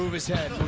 his head